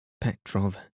Petrov